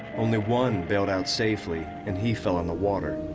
only one bailed out safely and he fell in the water.